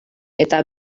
eta